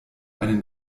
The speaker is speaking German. einen